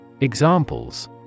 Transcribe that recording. Examples